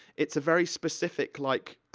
its a very specific, like,